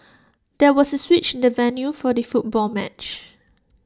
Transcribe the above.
there was A switch in the venue for the football match